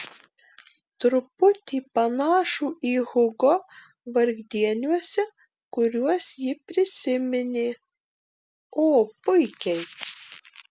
truputį panašų į hugo vargdieniuose kuriuos ji prisiminė o puikiai